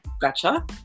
Gotcha